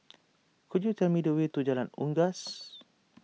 could you tell me the way to Jalan Unggas